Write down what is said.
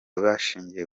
bashingiye